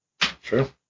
True